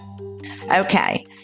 Okay